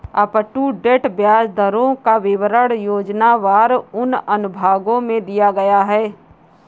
up to date ब्याज दरों का विवरण योजनावार उन अनुभागों में दिया गया है